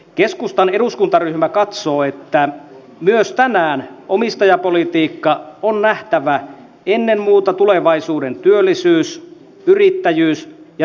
keskustan eduskuntaryhmä katsoo että myös tänään omistajapolitiikka on nähtävä ennen muuta tulevaisuuden työllisyys yrittäjyys ja teollisuuspolitiikkana